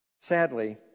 Sadly